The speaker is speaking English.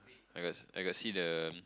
I got I got see the